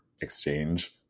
exchange